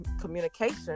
communication